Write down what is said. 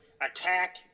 attack